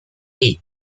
lane